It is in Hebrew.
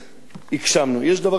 יש דבר אחד שעדיין לא הגשמנו,